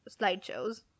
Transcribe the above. slideshows